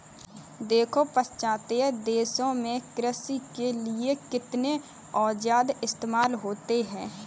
देखो पाश्चात्य देशों में कृषि के लिए कितने औजार इस्तेमाल होते हैं